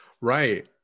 Right